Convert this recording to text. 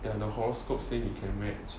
ya the horoscope say we can match